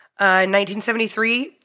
1973